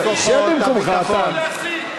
שיפסיק להסית.